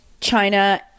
China